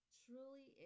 truly